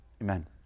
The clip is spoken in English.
Amen